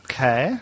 Okay